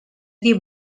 dir